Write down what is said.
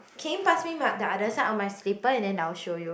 can you pass my the other side of my slipper and then I will show you